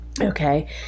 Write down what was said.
Okay